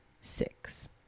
six